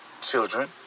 children